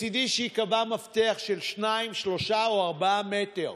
מצידי שייקבע מפתח של 2, 3, או 4 מטר.